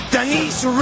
Denise